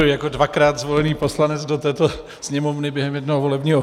Jako dvakrát zvolený poslanec do této Sněmovny během jednoho volebního období.